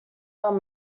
are